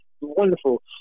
wonderful